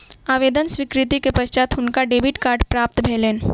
आवेदन स्वीकृति के पश्चात हुनका डेबिट कार्ड प्राप्त भेलैन